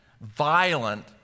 violent